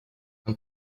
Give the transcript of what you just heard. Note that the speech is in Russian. нам